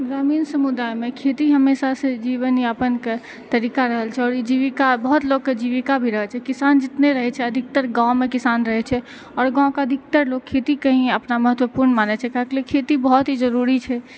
ग्रामीण समुदाय मे खेती हमेशा सँ जीवन यापन के तरीका रहल छै और ई जीविका बहुत लोग के जीविका भी रहै छै किसान जितने भी रहै छै अधिकतर गाँव मे किसान रहै छै और गाँव के अधिकतर लोग खेती के ही अपना महत्वपूर्ण मानै छै काहेकि लिए खेती बहुत ही जरुरी छै